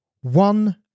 one